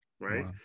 right